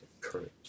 courage